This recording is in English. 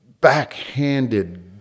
backhanded